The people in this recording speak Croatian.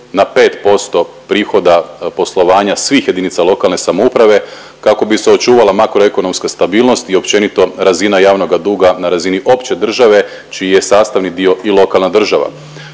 na 5% prihoda poslovanja svih JLS kako bi se očuvala makroekonomska stabilnost i općenito razina javnoga duga na razini opće države čiji je sastavni dio i lokalna država.